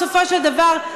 בסופו של דבר,